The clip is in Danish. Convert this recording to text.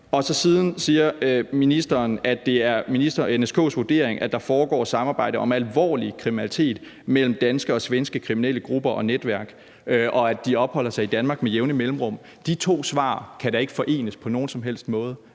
Siden siger ministeren så, at det er NSK's vurdering, at der foregår samarbejde om alvorlig kriminalitet mellem danske og svenske kriminelle grupper og netværk, og at de opholder sig i Danmark med jævne mellemrum. De to svar kan da ikke forenes på nogen som helst måde.